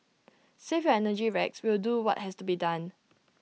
save your energy Rex we'll do what has to be done